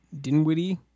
Dinwiddie